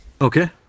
Okay